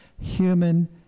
human